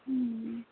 ओं